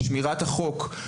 לשמירת החוק,